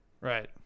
Right